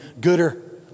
gooder